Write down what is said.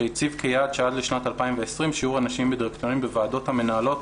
שהציב כיעד שעד לשנת 2020 שיעור הנשים בדירקטורים בוועדות המנהלות